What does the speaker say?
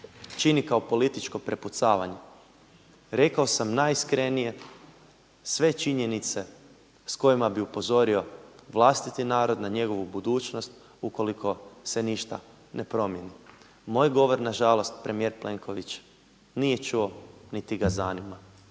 čini kao političko prepucavanje, rekao sam najiskrenije, sve činjenice s kojima bih upozorio vlastiti narod na njegovu budućnost ukoliko se ništa ne promijeni. Moj govor nažalost premijer Plenković nije čuo niti ga zanima.